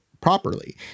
properly